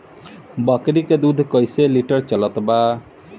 बकरी के दूध कइसे लिटर चलत बा?